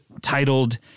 titled